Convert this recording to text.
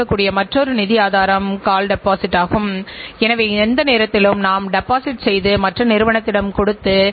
இந்த ஸ்லைடு நிர்வாக கட்டுப்பாட்டு அமைப்பின் எதிர்காலம் பற்றிய ஒரு பரந்த கருத்தினை கொடுக்கின்றது